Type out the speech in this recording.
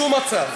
בשום מצב,